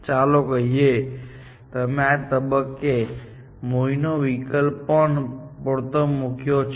ચાલો કહીએ કે તમે આ તબક્કે મૂવીનો વિકલ્પ પણ પડતો મૂક્યો છે